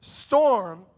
storm